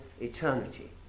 eternity